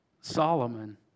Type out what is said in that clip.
Solomon